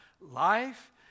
life